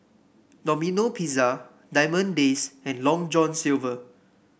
Domino Pizza Diamond Days and Long John Silver